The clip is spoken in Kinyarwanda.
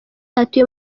atuye